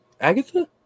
Agatha